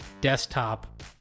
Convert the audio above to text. desktop